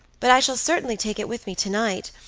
but i shall certainly take it with me tonight,